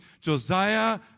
Josiah